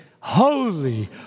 Holy